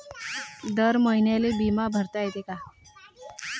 दर महिन्याले बिमा भरता येते का?